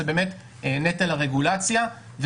זה נטל הרגולציה,